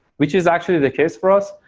which is actually the case for us,